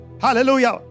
hallelujah